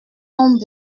ont